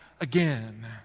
again